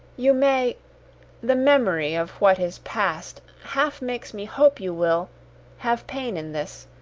you may the memory of what is past half makes me hope you will have pain in this.